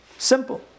Simple